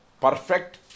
perfect